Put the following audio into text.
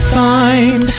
find